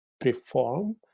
perform